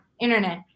internet